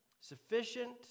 sufficient